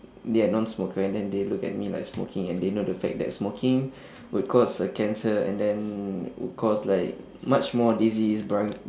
they are nonsmoker and then they look at me like smoking and they know the fact that smoking will cause a cancer and then will cause like much more disease bron~